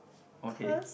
okay